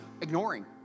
ignoring